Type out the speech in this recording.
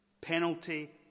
Penalty